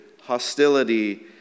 hostility